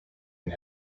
and